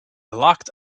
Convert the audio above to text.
locked